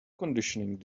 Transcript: conditioning